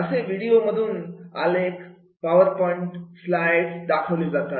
असे व्हिडिओ मधून आलेख पावर पॉईंट स्लाइड दाखवले जातात